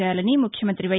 చేయాలని ముఖ్యమంతి వై